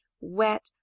wet